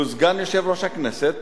שהוא סגן יושב-ראש הכנסת,